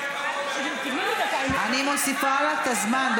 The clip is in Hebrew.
אני מוסיפה לך את הזמן.